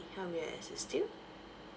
how may I assist you